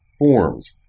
forms